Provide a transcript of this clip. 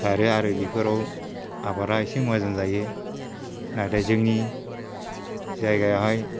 सारो आरो बेफोराव आबादआ एसे मोजां जायो नाथाय जोंनि जायगायावहाय